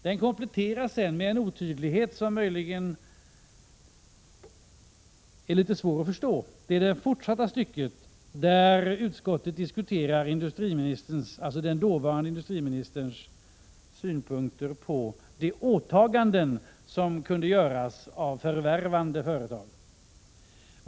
Den kompletteras sedan med en otydlighet som möjligen är litet svår att förstå. Utskottet diskuterar den dåvarande industriministerns synpunkter på de åtaganden som kunde göras av förvärvande företag.